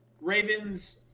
Ravens